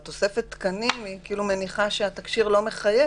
התוספת תקנים מניחה שהתקשי"ר לא מחייב,